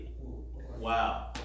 wow